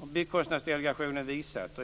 som Byggkostnadsdelegationen har visat.